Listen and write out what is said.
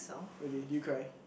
really did you cry